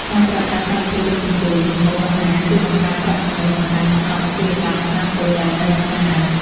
ការប្រើប្រាស់កម្មវិធីដឹកជញ្ជូនម្ហូបអាហារជួយបង្កើនប្រាក់ចំណូលបន្ថែមសម្រាប់អាជីវកម្មខ្នាតតូចដែលនៅឆ្ងាយ។